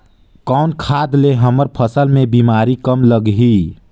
कौन खाद ले हमर फसल मे बीमारी कम लगही?